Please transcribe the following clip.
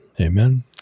Amen